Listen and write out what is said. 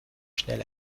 schnell